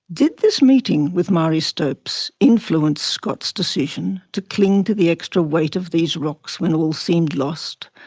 did this meeting with marie stopes influence scott's decision to cling to the extra weight of these rocks when all seemed lost,